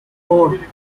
four